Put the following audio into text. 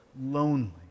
lonely